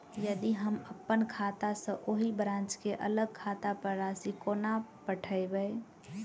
यदि हम अप्पन खाता सँ ओही ब्रांच केँ अलग खाता पर राशि कोना पठेबै?